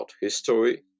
history